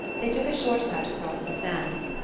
they took a short cut across the sands.